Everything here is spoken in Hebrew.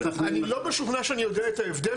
אני לא משוכנע שאני יודע את ההבדל